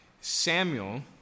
Samuel